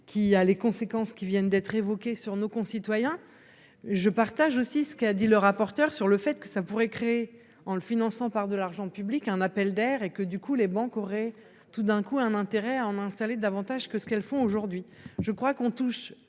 qui a les conséquences qui viennent d'être évoquées sur nos concitoyens, je partage aussi ce qu'a dit le rapporteur sur le fait que ça pourrait créer en le finançant par de l'argent public un appel d'air et que du coup les banques auraient tout d'un coup un intérêt à en installer davantage que ce qu'elles font, aujourd'hui, je crois qu'on touche